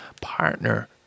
partner